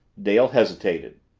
dale hesitated.